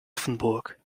offenburg